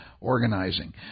organizing